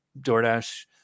DoorDash